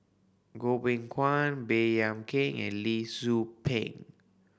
Goh Beng Kwan Baey Yam Keng and Lee Tzu Pheng